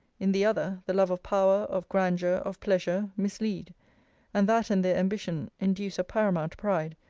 in the other, the love of power, of grandeur, of pleasure, mislead and that and their ambition induce a paramount pride,